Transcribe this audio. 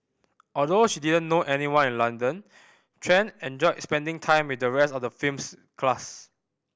although she didn't know anyone in London Tran enjoyed spending time with the rest of the film's cast